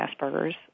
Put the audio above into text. Asperger's